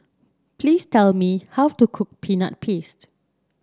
please tell me how to cook Peanut Paste